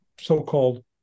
so-called